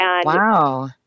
Wow